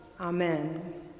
Amen